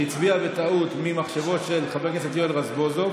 שהצביע בטעות ממחשבו של חבר הכנסת יואל רזבוזוב.